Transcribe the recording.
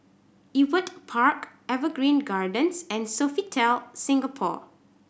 Ewart Park Evergreen Gardens and Sofitel Singapore